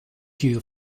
you